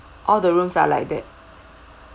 all the rooms are like that